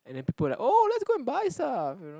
and then people like oh let's go and buy stuff you know